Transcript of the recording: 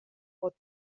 خود